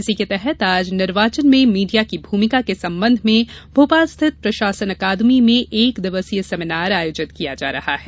इसी के तहत आज निर्वाचन में मीडिया की भूमिका के सम्बन्ध में भोपाल स्थित प्रशासन अकादमी में एक दिवसीय सेमिनार आयोजित किया जा रहा है